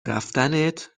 رفتنت